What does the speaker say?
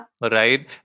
Right